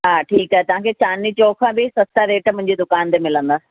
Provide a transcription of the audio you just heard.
हा ठीकु आहे तव्हांखे चांदनी चौक खां बि सस्ता रेट मुंहिंजी दुकान ते मिलंदा